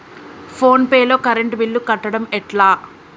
Phone pay లో current bill కట్టడం ఎట్లా?